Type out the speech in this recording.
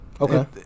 Okay